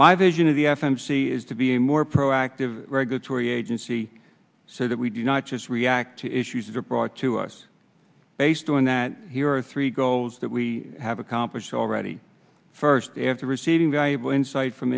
my vision of the f m c is to be a more proactive regulatory agency so that we do not just react to issues that are brought to us based on that here are three goals that we have accomplished already first after receiving valuable insight from